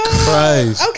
Christ